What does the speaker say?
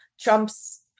Trump's